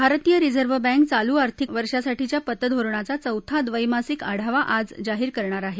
भारतीय Reserve Bank चालू आर्थिक वर्षासाठीच्या पतधोरणाचा चौथा ड्रैमासिक आढावा आज जाहीर करणार आहे